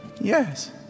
yes